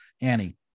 Annie